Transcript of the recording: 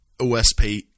OSP